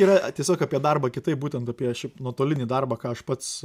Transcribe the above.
yra tiesiog apie darbą kitaip būtent apie šiaip nuotolinį darbą ką aš pats